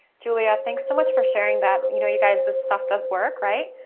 julia, thanks so much for sharing that. you know, you guys, this stuff does work, right.